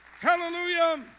Hallelujah